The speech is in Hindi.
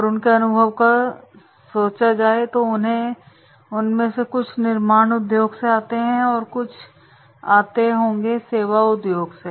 और उनके अनुभव का सोचा जाए तो उनमें से कुछ निर्माण उद्योग से आते हैं और कुछ आते होगे सेवा उद्योगों से